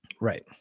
Right